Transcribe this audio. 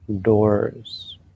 doors